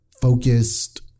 Focused